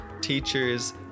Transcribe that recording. teachers